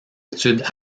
études